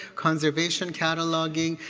conservation, cataloging,